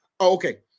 Okay